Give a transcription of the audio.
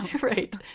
Right